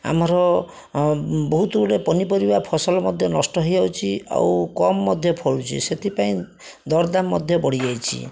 ଆମର ବହୁତ ଗୁଡ଼ିଏ ପନିପରିବା ଫସଲ ମଧ୍ୟ ନଷ୍ଟ ହେଇଯାଉଛି ଆଉ କମ୍ ମଧ୍ୟ ଫଳୁଛି ସେଥିପାଇଁ ଦରଦାମ୍ ମଧ୍ୟ ବଢ଼ିଯାଇଛି